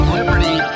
liberty